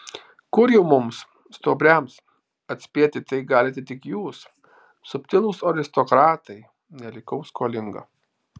kur jau mums stuobriams atspėti tai galite tik jūs subtilūs aristokratai nelikau skolinga